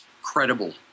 credible